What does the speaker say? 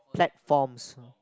platforms